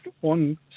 one